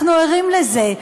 אנחנו ערים לזה.